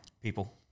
People